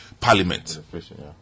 Parliament